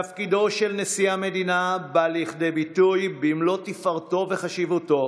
תפקידו של נשיא המדינה בא לידי ביטוי במלוא תפארתו וחשיבותו